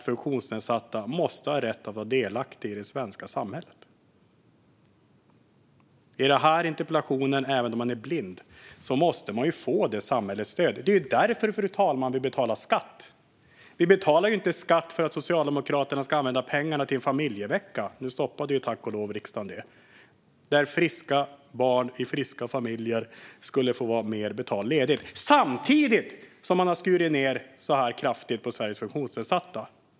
Funktionsnedsatta måste ha rätt att vara delaktiga i det svenska samhället. Även om man är blind måste man få samhällets stöd. Det är ju därför vi betalar skatt. Vi betalar inte skatt för att Socialdemokraterna ska använda pengarna till en familjevecka. Nu stoppade riksdagen det förslaget, tack och lov. Där föreslog regeringen att föräldrar till friska barn i friska familjer skulle få mer betald ledighet, samtidigt som man har skurit ned så här kraftigt på Sveriges funktionsnedsatta.